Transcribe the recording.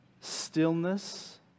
stillness